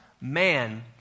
man